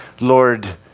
Lord